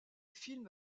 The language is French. film